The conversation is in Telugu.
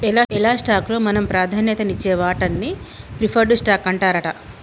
ఎలా స్టాక్ లో మనం ప్రాధాన్యత నిచ్చే వాటాన్ని ప్రిఫర్డ్ స్టాక్ అంటారట